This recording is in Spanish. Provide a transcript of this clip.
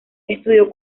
estudió